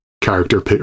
character